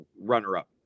runner-up